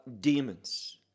demons